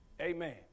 Amen